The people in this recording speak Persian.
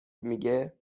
میگه